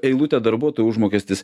eilutę darbuotojų užmokestis